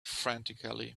frantically